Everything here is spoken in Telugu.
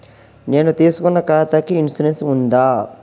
నేను తీసుకున్న ఖాతాకి ఇన్సూరెన్స్ ఉందా?